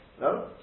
No